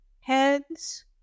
Heads